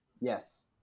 Yes